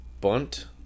Bunt